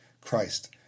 Christ